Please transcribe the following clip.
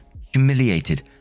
humiliated